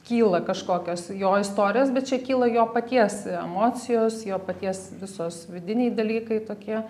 kyla kažkokios jo istorijos bet čia kyla jo paties emocijos jo paties visos vidiniai dalykai tokie